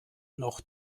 noch